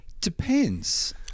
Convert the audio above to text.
depends